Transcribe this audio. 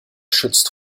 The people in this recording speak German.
schützt